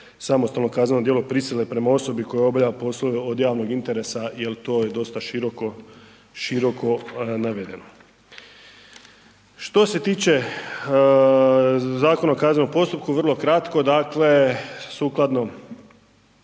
samostalno kazneno djelo prisile prema osobi koja obavlja poslove od javnog interesa jel to je dosta široko navedeno. Što se tiče Zakona o kaznenom postupku, vrlo kratko. Dakle sukladno